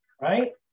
right